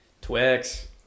Twix